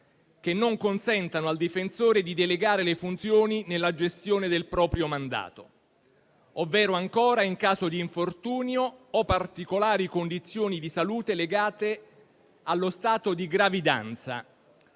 che non consentano al difensore di delegare le funzioni nella gestione del proprio mandato, ovvero - ancora - in caso di infortunio o particolari condizioni di salute legate allo stato di gravidanza.